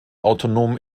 autonomen